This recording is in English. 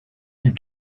and